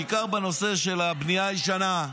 בעיקר בנושא של הבנייה הישנה,